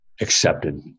accepted